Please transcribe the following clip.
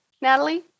Natalie